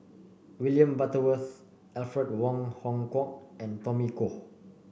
William Butterworth Alfred Wong Hong Kwok and Tommy Koh